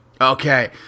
Okay